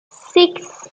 six